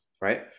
Right